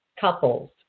couples